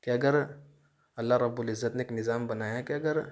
کہ اگر اللہ رب العزت نے ایک نظام بنایا ہے کہ اگر